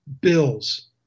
bills